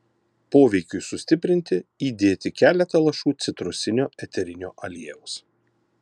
poveikiui sustiprinti įdėti keletą lašų citrusinio eterinio aliejaus